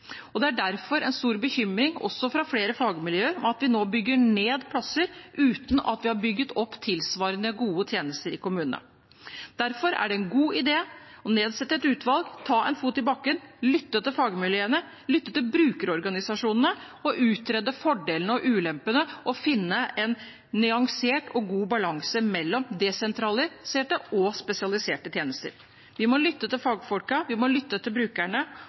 Det er derfor en stor bekymring om, også fra flere fagmiljøer, at vi nå bygger ned plasser uten at vi har bygget opp tilsvarende gode tjenester i kommunene. Derfor er det en god idé å nedsette et utvalg, sette en fot i bakken, lytte til fagmiljøene, lytte til brukerorganisasjonene og utrede fordelene og ulempene og finne en nyansert og god balanse mellom desentraliserte og spesialiserte tjenester. Vi må lytte til fagfolkene, vi må lytte til brukerne,